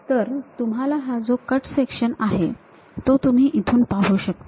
तर तुम्हाला हा जो कट सेक्शन आहे तो तुम्ही इथून पाहू शकता